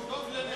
תום לב,